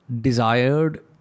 desired